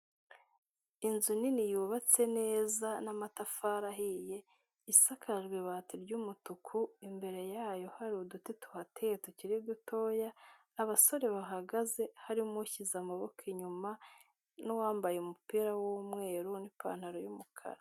Inzu nini yubatse neza n'amatafari ahiye, isakajwe ibati ry'umutuku, imbere yayo hari uduti tuhateye tukiri dutoya, abasore bahagaze harimo ushyize amaboko inyuma n'uwambaye umupira w'umweru n'ipantaro y'umukara.